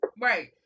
Right